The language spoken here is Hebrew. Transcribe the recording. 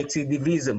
רצידביזם,